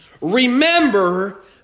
Remember